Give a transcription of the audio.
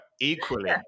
equally